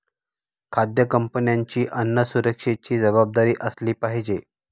खाद्य कंपन्यांची अन्न सुरक्षेची जबाबदारी असली पाहिजे